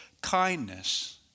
kindness